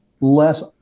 less